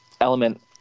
element